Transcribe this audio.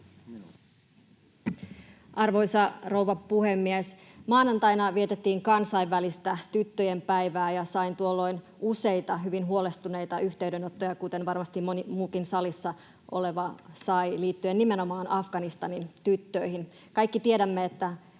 Arvoisa rouva puhemies! Maanantaina vietettiin kansainvälistä tyttöjen päivää, ja sain tuolloin useita hyvin huolestuneita yhteydenottoja, kuten varmasti moni muukin salissa oleva sai, liittyen nimenomaan Afganistanin tyttöihin. Kaikki tiedämme, että